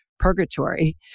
purgatory